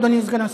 אדוני סגן השר?